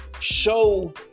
show